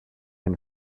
and